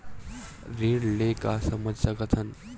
ऋण ले का समझ सकत हन?